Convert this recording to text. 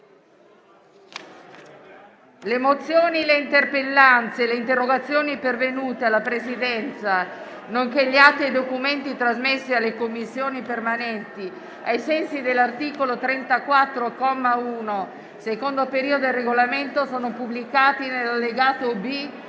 Le mozioni, le interpellanze e le interrogazioni pervenute alla Presidenza, nonché gli atti e i documenti trasmessi alle Commissioni permanenti ai sensi dell'articolo 34, comma 1, secondo periodo, del Regolamento sono pubblicati nell'allegato B